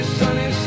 sunny